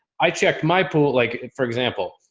i checked my pool. like for example,